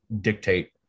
dictate